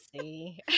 See